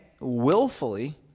willfully